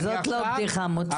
טוב, זאת לא בדיחה מוצלחת.